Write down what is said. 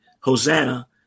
Hosanna